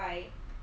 ya